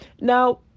now